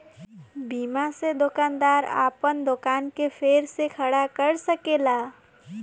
बीमा से दोकानदार आपन दोकान के फेर से खड़ा कर सकेला